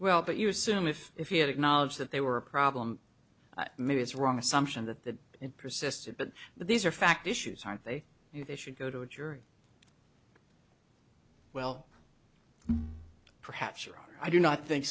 well but you assume if if he had acknowledged that they were a problem maybe it's wrong assumption that it persisted but these are fact issues aren't they if they should go to a jury well perhaps or i do not think